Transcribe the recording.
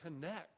connect